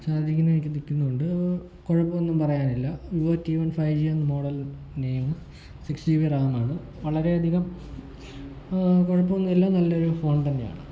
charging നിക്കുന്നു ഉണ്ട് കൊഴപ്പോന്നും പറയാനില്ല Vivo T one five G M മോഡലിൻ്റെയും സിക്സ് ജിബി റാമാണ് വളരെയധികം കുഴപ്പമൊന്നുമില്ല നല്ലൊരു ഫോൺ തന്നെയാണ്